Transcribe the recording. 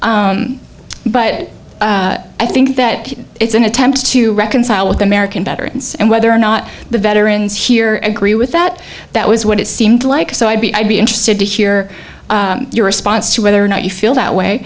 beautiful but i think that it's an attempt to reconcile with american veterans and whether or not the veterans here and agree with that that was what it seemed like so i'd be i'd be interested to hear your response to whether or not you feel that way